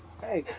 hey